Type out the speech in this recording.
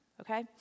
Okay